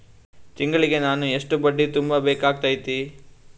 ತಿಂಗಳಿಗೆ ನಾನು ಎಷ್ಟ ಬಡ್ಡಿ ತುಂಬಾ ಬೇಕಾಗತೈತಿ?